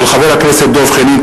של חבר הכנסת דב חנין.